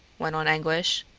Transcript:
went on anguish.